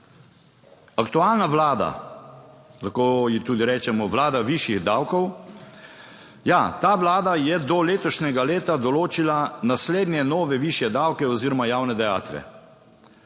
Aktualna vlada, lahko ji tudi rečemo vlada višjih davkov, ja, ta vlada je do letošnjega leta določila naslednje nove višje davke oziroma javne dajatve.